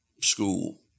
school